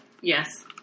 Yes